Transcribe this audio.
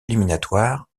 éliminatoires